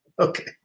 Okay